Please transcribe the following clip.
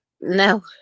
no